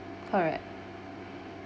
correct